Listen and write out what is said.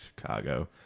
Chicago